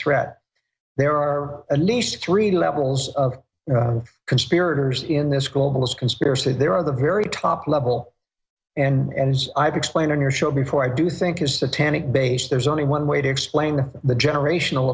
threat there are a nice three levels conspirators in this global conspiracy there are the very top level and as i've explained on your show before i do think is the tannic base there's only one way to explain the generational